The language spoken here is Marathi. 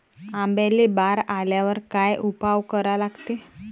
आंब्याले बार आल्यावर काय उपाव करा लागते?